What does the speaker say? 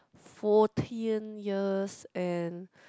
fourteen years and